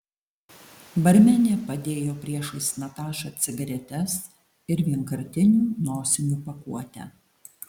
barmenė padėjo priešais natašą cigaretes ir vienkartinių nosinių pakuotę